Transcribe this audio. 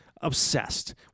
obsessed